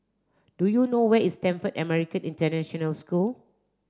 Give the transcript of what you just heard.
do you know where is Stamford American International School